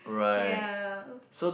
ya